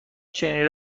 چنین